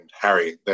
Harry